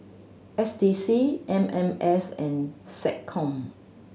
S D C M M S and SecCom